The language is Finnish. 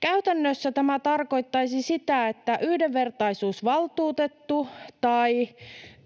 Käytännössä tämä tarkoittaisi, että yhdenvertaisuusvaltuutettu tai